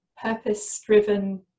purpose-driven